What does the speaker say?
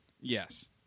Yes